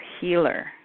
healer